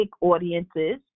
audiences